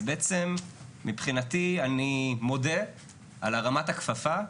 אז בעצם מבחינתי אני מודה על הרמת הכפפה,